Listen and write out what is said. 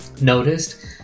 noticed